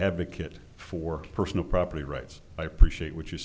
advocate for personal property rights i appreciate what you